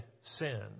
sin